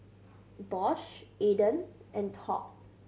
Bosch Aden and Top